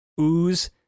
ooze